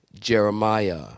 Jeremiah